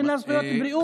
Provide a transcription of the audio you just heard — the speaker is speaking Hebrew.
אין לה זכויות בריאות.